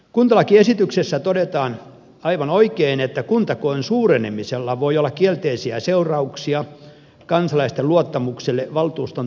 kuntalakiesityksessä todetaan aivan oikein että kuntakoon suurenemisella voi olla kielteisiä seurauksia kansalaisten luottamukselle valtuuston toimivuuteen